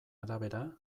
arabera